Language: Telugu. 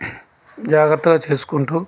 జాగ్రత్తగా చేసుకుంటూ